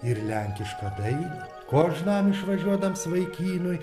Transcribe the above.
ir lenkišką dainą kožnam išvažiuodams vaikinui